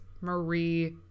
Marie